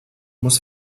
muss